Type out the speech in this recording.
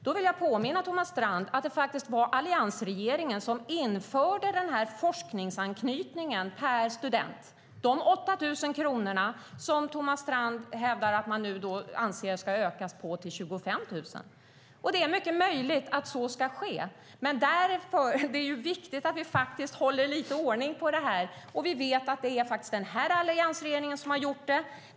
Låt mig påminna om att det var alliansregeringen som införde forskningsanslagen per student, alltså de 8 000 kronor som Thomas Strand anser ska öka till 25 000. Det är möjligt att så ska ske, men det är viktigt att vi håller lite ordning på detta och är medvetna om att det var alliansregeringen som gjorde det.